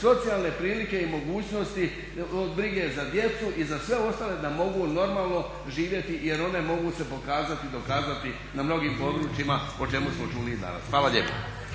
socijalne prilike i mogućnosti brige za djecu i za sve ostale da mogu normalno živjeti jer one se mogu pokazati i dokazati na mnogim područjima o čemu smo čuli i danas. Hvala lijepo.